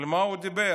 על מה הוא דיבר?